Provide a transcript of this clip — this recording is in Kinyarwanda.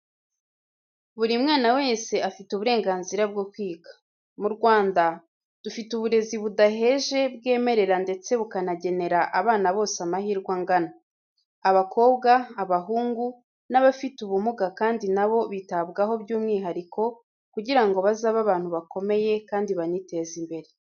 Buri mwana wese afite uburenganzira bwo kwiga. Mu Rwanda, dufite uburezi budaheje bwemerera ndetse bukanagenera abana bose amahirwe angana. Abakobwa, abahungu n'abafite ubumuga kandi na bo bitabwaho by'umwihariko kugira ngo bazabe abantu bakomeye kandi baniteze imbere.